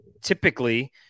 typically